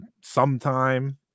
sometime